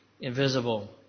invisible